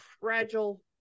fragile